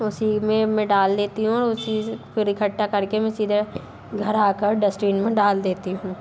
उसी मे मैं डाल देती हूँ और उसी फिर इकट्ठा करके मैं सीधे घर आकर डस्ट्बिन में डाल देती हूँ